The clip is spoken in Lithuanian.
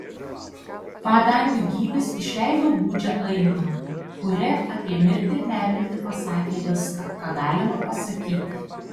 padangių gyvis išleido gūdžią aimaną kuria apie mirtį ir neviltį pasakė viską ką galima pasakyti